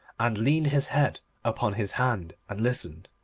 and leaned his head upon his hand and listened.